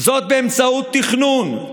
"זאת באמצעות תכנון,